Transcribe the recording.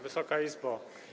Wysoka Izbo!